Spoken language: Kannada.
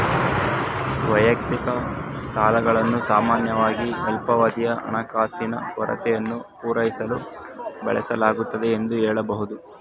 ವೈಯಕ್ತಿಕ ಸಾಲಗಳನ್ನು ಸಾಮಾನ್ಯವಾಗಿ ಅಲ್ಪಾವಧಿಯ ಹಣಕಾಸಿನ ಕೊರತೆಯನ್ನು ಪೂರೈಸಲು ಬಳಸಲಾಗುತ್ತೆ ಎಂದು ಹೇಳಬಹುದು